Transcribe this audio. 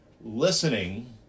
Listening